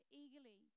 eagerly